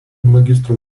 magistro